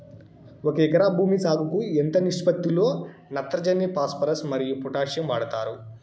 ఒక ఎకరా భూమి సాగుకు ఎంత నిష్పత్తి లో నత్రజని ఫాస్పరస్ మరియు పొటాషియం వాడుతారు